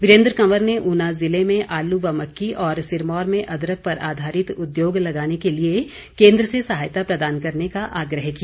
वीरेन्द्र कंवर ने ऊना जिले में आलू व मक्की और सिरमौर में अदरक पर आधारित उद्योग लगाने के लिए केन्द्र से सहायता प्रदान करने का आग्रह किया